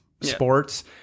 sports